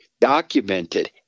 documented